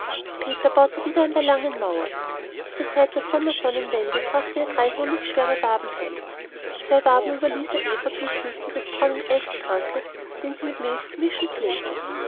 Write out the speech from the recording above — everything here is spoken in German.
peter baute wieder an der langen mauer zur zeit der sommersonnenwende brachte er drei honigschwere waben heim zwei waben überließ er eva zum süßen des braunen eicheltrankes den sie mit milch zu mischen pflegte